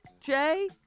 Jay